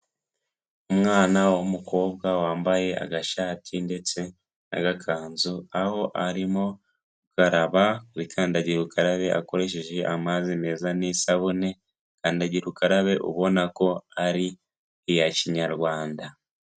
Umwana w'umukobwa wambaye agashati ndetse n'agakanzu, aho arimo gukaraba kuri kandagira ukararabe akoresheje amazi meza n'isabune, kandagira ukarabe ubona ko ari iya kinyarwanda.